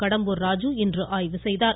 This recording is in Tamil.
கடம்பூர் ராஜு இன்று ஆய்வு செய்தார்